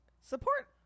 Support